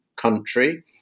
country